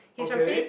okay